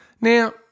Now